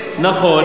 נכון.